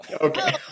Okay